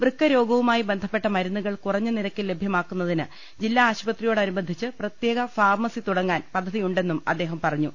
വൃക്കരോഗവുമായി ബന്ധപ്പെട്ട മരുന്നുകൾ കുറഞ്ഞ നിരക്കിൽ ലഭ്യമാക്കുന്നതിന് ജില്ലാ ആശുപത്രിയോടനുബന്ധിച്ച് പ്രത്യേക ഫാർമസി തുടങ്ങാൻ പദ്ധതിയുന്നെും അദ്ദേഹം പറഞ്ഞു